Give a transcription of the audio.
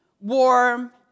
warm